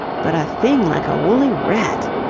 but a thing like a woolly rat.